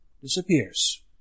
disappears